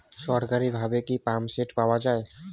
সরকারিভাবে কি পাম্পসেট পাওয়া যায়?